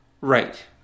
Right